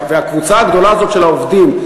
הקבוצה הגדולה הזאת של העובדים,